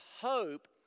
hope